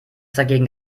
dagegen